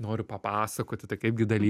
noriu papasakoti tai kaip gi daly